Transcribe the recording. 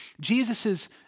Jesus's